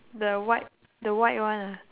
the white the white one ah